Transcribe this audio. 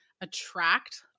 attract